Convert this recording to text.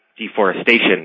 deforestation